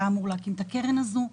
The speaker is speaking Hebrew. שהיה אמור להקים את הקרן הזו,